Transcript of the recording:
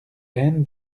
haine